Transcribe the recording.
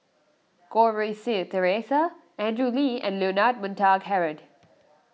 Goh Rui Si theresa Andrew Lee and Leonard Montague Harrod